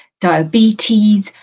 diabetes